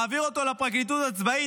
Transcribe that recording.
מעביר אותו לפרקליטות הצבאית,